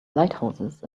lighthouses